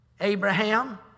Abraham